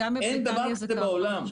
אין דבר כזה בעולם.